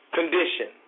condition